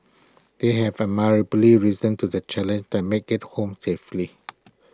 they have admirably risen to the challenge and make IT home safely